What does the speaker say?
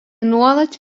nuolat